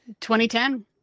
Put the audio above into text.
2010